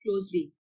closely